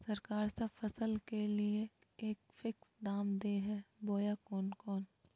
सरकार सब फसल के लिए एक फिक्स दाम दे है बोया कोनो कोनो?